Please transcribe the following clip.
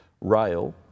rail